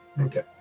Okay